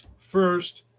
first,